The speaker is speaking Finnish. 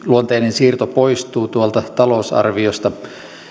siirto poistuu talousarviosta